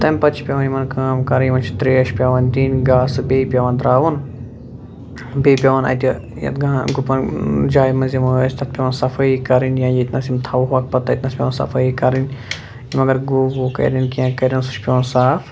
تمہِ پتہٕ چھِ پیٚوان یِمن کٲم کرٕنۍ یِمن چھِ تریش پیٚوان دِنۍ گاسہٕ بیٚیہِ پیٚوان ترٛاوُن بیٚیہِ پیٚوان اتہِ یتھ گام گُپن جاین منٛز یِم أسۍ تتھ پیٚوان صفٲیی کرٕنۍ یا ییٚتہِ نس یِم تھاوہوٚکھ پتہٕ تتہِ نس پیٚوان صفٲیی کرٕنۍ مگر گُہہ وُہہ کٔرِنۍ کینٛہہ کٔرِنۍ سُہ چھُ پیٚوان صاف